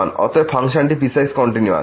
এবং অতএব function piecewise continuous